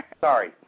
Sorry